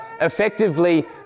effectively